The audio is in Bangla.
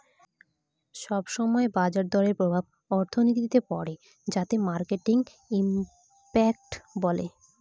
সব সময় বাজার দরের প্রভাব অর্থনীতিতে পড়ে যাকে মার্কেট ইমপ্যাক্ট বলে